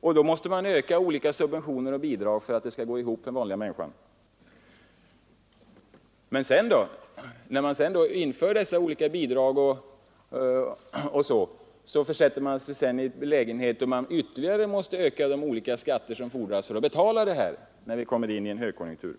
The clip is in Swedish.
på vad som blir kvar efter skatt. Så måste man öka olika subventioner och bidrag för att det skall gå ihop för den vanliga människan. Men man försätter sig då i ett läge där man ytterligare måste öka de olika skatter som fordras för att betala dessa bidrag när vi kommer in i en högkonjunktur.